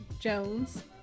jones